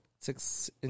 six